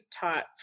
taught